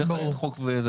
בדרך כלל יש חוק ואין תנאים.